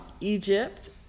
Egypt